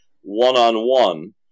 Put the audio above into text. one-on-one